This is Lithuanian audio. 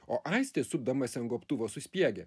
o aistė supdamasi ant gobtuvo suspiegė